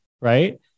right